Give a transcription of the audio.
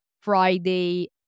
Friday